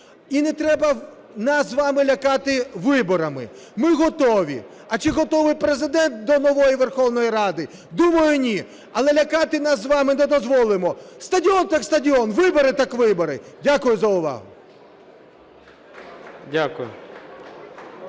І не треба нас з вами лякати виборами. Ми готові. А чи готовий Президент до нової Верховної Ради? Думаю, ні. Але лякати нас з вами не дозволимо. Стадіон – так стадіон, вибори – так вибори. Дякую за увагу.